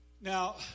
Now